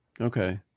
Okay